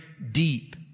deep